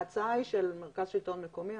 ההצעה היא של מרכז שלטון מקומי.